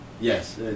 Yes